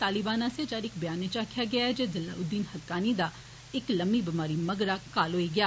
तालिबान आस्सेआ जारी इक ब्यानै च आक्खेआ गेआ ऐ जे जलाऊद्दीन हक्कानी दा इक लम्मी बमारी मगरा काल होई गेआ